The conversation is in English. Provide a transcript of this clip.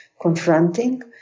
confronting